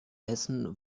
essen